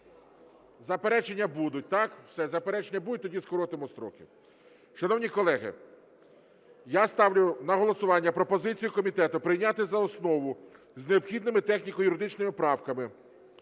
Заперечення будуть, так? Все, заперечення будуть, тоді скоротимо строки. Шановні колеги, я ставлю на голосування пропозицію комітету прийняти за основу з необхідними техніко-юридичними правками